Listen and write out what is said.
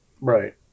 Right